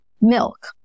milk